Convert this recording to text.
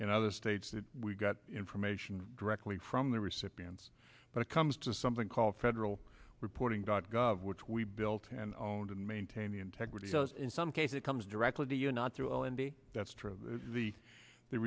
in other states that we got information directly from the recipients but it comes to something called federal reporting dot gov which we built and owned and maintained the integrity does in some cases it comes directly to you not through in the that's true the the